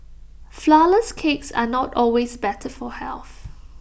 Flourless Cakes are not always better for health